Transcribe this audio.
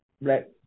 Black